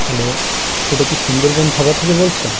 hello এটা কি সুন্দরবন ধাবা থেকে বলছেন